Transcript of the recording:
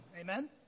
Amen